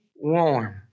warm